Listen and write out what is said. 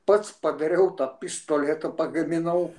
pats padariau tą pistoletą pagaminau